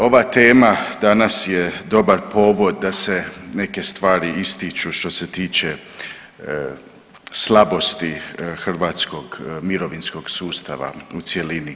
Ova tema danas je dobar povod da se neke stvari ističu što se tiče slabosti hrvatskog mirovinskog sustava u cjelini.